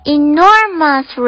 enormous